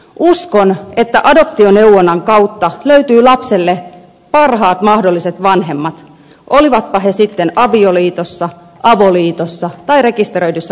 uskon että adoptioneuvonnan kautta löytyy lapselle parhaat mahdolliset vanhemmat olivatpa he sitten avioliitossa avoliitossa tai rekisteröidyssä parisuhteessa